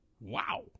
Wow